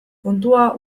kontua